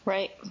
Right